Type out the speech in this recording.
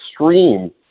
extreme